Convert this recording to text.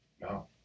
No